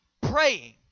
praying